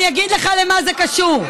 אני אגיד לך למה זה קשור.